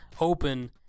open